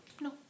no